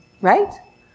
right